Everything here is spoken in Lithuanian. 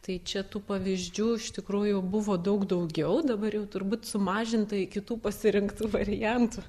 tai čia tų pavyzdžių iš tikrųjų buvo daug daugiau dabar jau turbūt sumažinta iki tų pasirinktų variantų